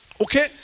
Okay